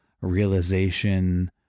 realization